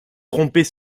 trompés